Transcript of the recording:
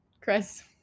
Chris